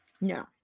No